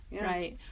Right